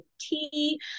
tea